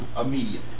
immediately